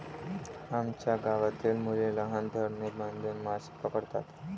आमच्या गावातील मुले लहान धरणे बांधून मासे पकडतात